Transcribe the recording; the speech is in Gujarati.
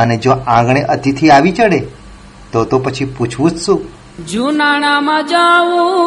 અને જો આંગણે અતિથિ આવી ચડે, તો તો પછી પૂછવું જ શું? જુનાણામાં જાઉં